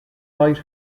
right